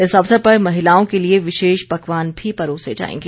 इस अवसर पर महिलाओं के लिए विशेष पकवान भी परोसे जाएंगे